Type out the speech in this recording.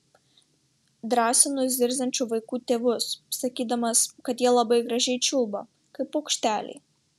drąsinu zirziančių vaikų tėvus sakydamas kad jie labai gražiai čiulba kaip paukšteliai